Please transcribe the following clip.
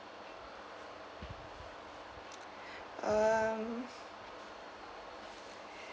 um